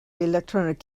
electronic